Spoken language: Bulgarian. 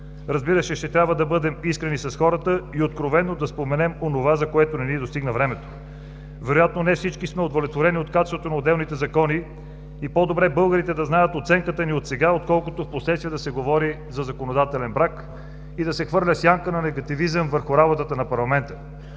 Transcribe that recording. Разбира се, ще трябва да бъдем искрени с хората и откровено да споменем онова, за което не ни достигна времето. Вероятно не всички сме удовлетворени от качеството на отделните закони и по-добре българите да знаят оценката ни отсега, отколкото впоследствие да се говори за законодателен брак и да се хвърля сянка на негативизъм върху работата на парламента.